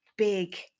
big